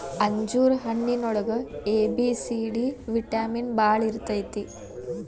ಅಂಜೂರ ಹಣ್ಣಿನೊಳಗ A, B, C, D vitamin ಬಾಳ ಇರ್ತೈತಿ